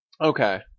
Okay